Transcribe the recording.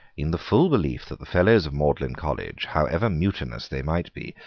in the full belief that the fellows of magdalene college, however mutinous they might be,